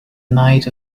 night